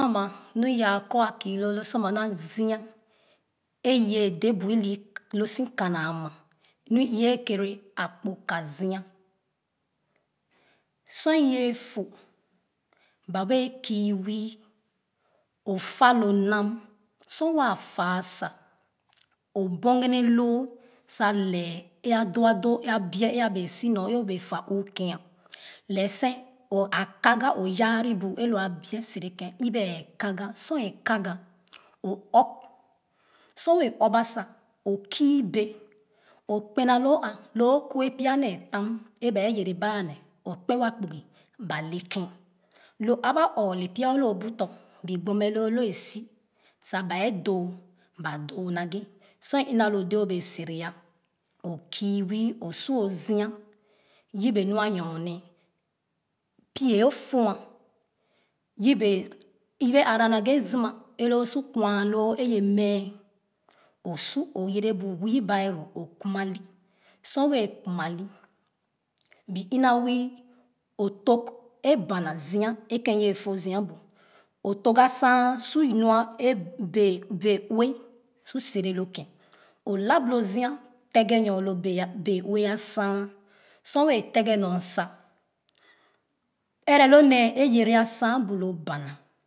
Nu yaa kɔ a kiiloo lo sor ama naa zua eiye de' bu ɔw si kana ama nyiere kere akpo ka zia sor i'yee fo ba bee kii wii o fa lo nam sor wa fa sa o bogene loo sa lɛɛ ē a doo abie e'abee si nyo e'obee fa ɔɔken lɛɛ seɛ'n o a kaga o yaari bu e'lo abie sere ken yebe ɛɛ kaga oɔp sor wɛɛ ɔpba sa o kii bee o kpenawo'a iu o kue pyanee fam eba yere ba nee o kpe wa kpugu ba le ken lo aba ɔɔ le pya oloo bu tɔ bi gbon mɛ loo asi sa baa doo ba doo na ighe sor e ina lo dee o bee sere ya o kw wii osuo zia yebe nu anyone pie o fo'a yebe iwɛɛ aara naghe zima elo si kwa loo ye mɛɛ osu oyerebu o wii barow kuma ni sor wɛɛ kuma ni be ma wii o tug ebana bana zia ékeh wɛɛ to zia bu o tug asan su lua e-bee bee ue sor sere lo ken o lab lo zia tere nyo lo bee ue asaan sor wɛɛ teghe nyo sa ɛrɛ lo nee e-yere asaan bu lo bana